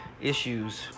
issues